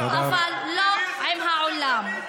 אבל לא עם העולם.